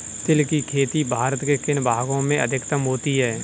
तिल की खेती भारत के किन भागों में अधिकतम होती है?